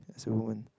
as a woman